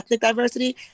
diversity